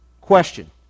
question